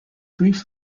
brief